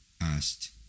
asked